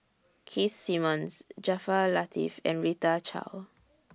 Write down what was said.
Keith Simmons Jaafar Latiff and Rita Chao